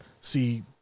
see